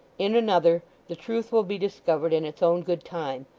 in another, the truth will be discovered in its own good time.